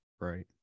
Right